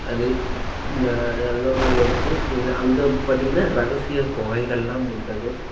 அது ந நல்லாவும் இருக்கும் உள்ளே அங்கே பார்த்திங்கன்னா ரகசிய குகைகள்லாம் உள்ளது